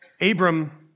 Abram